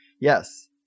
Yes